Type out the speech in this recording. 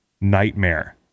nightmare